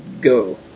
Go